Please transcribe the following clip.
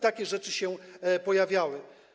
Takie rzeczy się pojawiały.